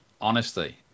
honesty